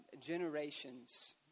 generations